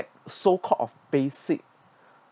so called of basic